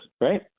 right